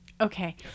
okay